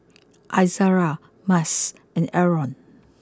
Izzara Mas and Aaron